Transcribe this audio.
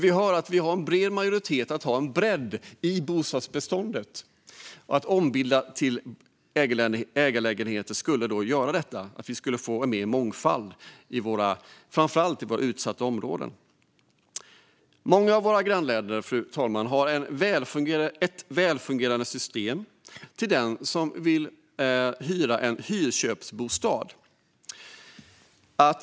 Vi hör ju att vi har en bred majoritet för en bredd i bostadsbeståndet, och att ombilda till ägarlägenheter skulle ge mer mångfald framför allt i våra utsatta områden. Fru talman! Många av våra grannländer har ett välfungerande system för den som vill hyra en hyrköpsbostad.